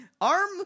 arm